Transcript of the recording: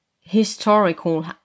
historical